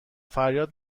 فریاد